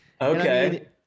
Okay